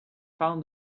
found